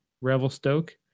revelstoke